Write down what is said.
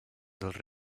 dels